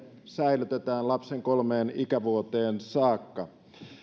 säilytetään lapsen kolmeen ikävuoteen saakka